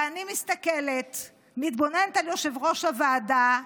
ואני מסתכלת, מתבוננת על יושב-ראש הוועדה,